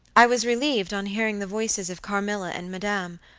i was relieved on hearing the voices of carmilla and madame,